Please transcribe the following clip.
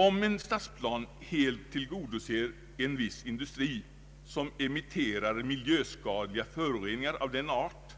Om en stadsplan helt tillgodoser en industri som emitterar miljöfarliga föroreningar av den art